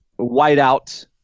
Whiteout